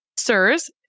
SIRS